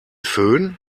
fön